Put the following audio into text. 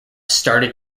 started